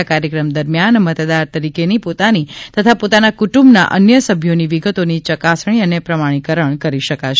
આ કાર્યક્રમ દરમ્યાન મતદાર તરીકેની પોતાની તથા પોતાના કુટુંબના અન્ય સભ્યોની વિગતોની ચકાસણી અને પ્રમાણિકરણ કરી શકશે